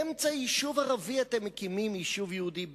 באמצע יישוב ערבי אתם מקימים יישוב יהודי?